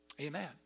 Amen